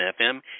FM